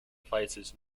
places